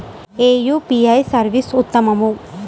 ఏ UPI service ఉత్తమము?